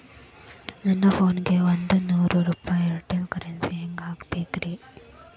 ನನ್ನ ಫೋನಿಗೆ ಒಂದ್ ನೂರು ರೂಪಾಯಿ ಏರ್ಟೆಲ್ ಕರೆನ್ಸಿ ಹೆಂಗ್ ಹಾಕಿಸ್ಬೇಕ್ರಿ?